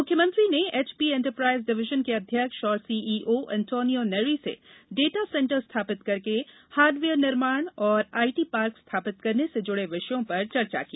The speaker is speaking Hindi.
मुख्यमंत्री ने एचपी इंटरप्राइज डिवीजन के अध्यक्ष एवं सीईओ एंटोनियो नेरी से डाटा सेंटर स्थापित करके हार्डवेयर निर्माण और आईटी पार्क स्थापित करने से जुड़े विषयों पर चर्चा की